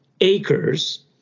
acres –